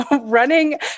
running